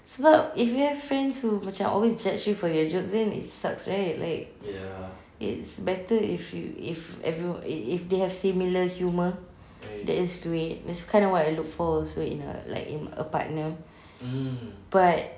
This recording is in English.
it's about if you have friends who always judge you for your jokes then it sucks right it's better if you if every~ if if they have similar humour that is great that's kind of what I look for also in a like in a partner but